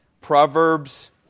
Proverbs